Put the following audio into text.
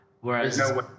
whereas